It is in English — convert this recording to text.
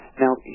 now